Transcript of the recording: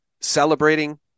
celebrating